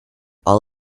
all